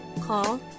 call